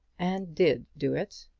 and did do it.